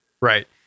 right